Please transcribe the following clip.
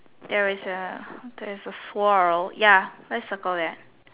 there is a there is a swirl ya circle there